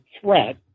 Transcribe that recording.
threat